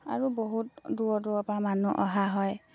আৰু বহুত দূৰৰ দূৰৰ পৰা মানুহ অহা হয়